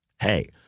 Hey